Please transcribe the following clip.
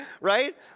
right